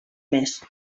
més